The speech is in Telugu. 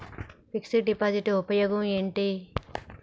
ఫిక్స్ డ్ డిపాజిట్ ఉపయోగం ఏంటి?